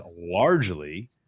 largely